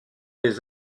les